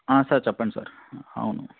sir చెప్పండి sir అవును